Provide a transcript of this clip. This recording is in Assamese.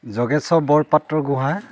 যোগেশ্বৰ বৰপাত্ৰ গোঁহাই